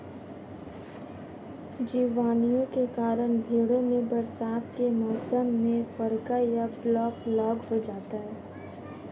जीवाणुओं के कारण भेंड़ों में बरसात के मौसम में फड़का या ब्लैक लैग हो जाता है